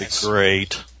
great